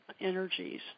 energies